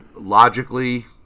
Logically